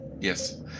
yes